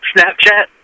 Snapchat